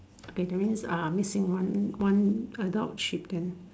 okay that means uh missing one one adult sheep then